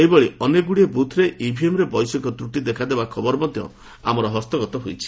ସେହିଭଳି ଅନେକଗୁଡ଼ିଏ ବୁଥ୍ରେ ଇଭିଏମ୍ରେ ବୈଷୟିକ ତୂଟି ଦେଖାଦେବା ଖବର ମଧ୍ୟ ଆମର ହସ୍ତଗତ ହୋଇଛି